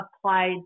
applied